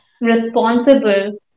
responsible